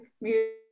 music